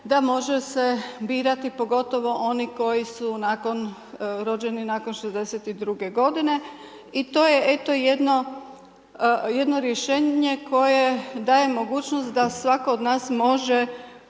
da može se birati pogotovo oni koji su rođeni nakon '62. g. i to je eto jedno rješenje koje daje mogućnost da svatko od nas može